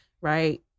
right